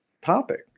topic